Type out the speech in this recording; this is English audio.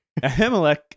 Ahimelech